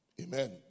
Amen